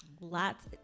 Lots